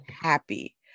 happy